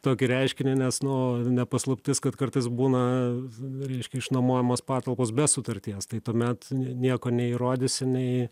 tokį reiškinį nes nu ne paslaptis kad kartais būna reiškia išnuomojamos patalpos be sutarties tai tuomet ne nieko neįrodysi nei